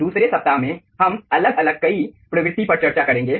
दूसरे सप्ताह में हम अलग अलग कई प्रवृत्ति पर चर्चा करेंगे